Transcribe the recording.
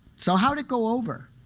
so how did it go over?